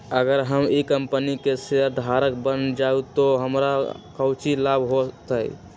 अगर हम ई कंपनी के शेयरधारक बन जाऊ तो हमरा काउची लाभ हो तय?